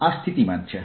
આ સ્થિતિમાન છે